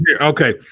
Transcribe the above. Okay